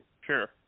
Sure